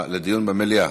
לדיון במליאה.